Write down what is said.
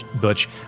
Butch